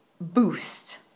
boost